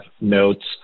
notes